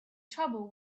trouble